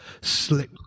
slick